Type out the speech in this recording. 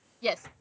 Yes